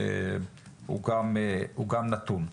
הוא גם נתון.